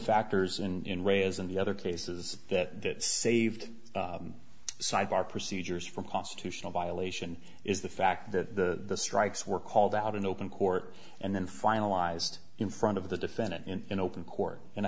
factors in a is and the other cases that saved side are procedures for constitutional violation is the fact that the strikes were called out in open court and then finalized in front of the defendant in an open court and i